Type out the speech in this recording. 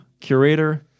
Curator